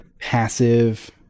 passive